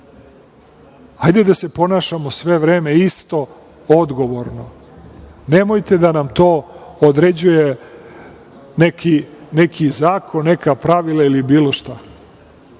tad. Hajde da se ponašamo sve vreme isto, odgovorno. Nemojte da nam to određuje neki zakon, neka pravila ili bilo šta.